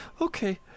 Okay